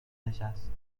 نشست